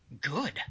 good